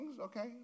Okay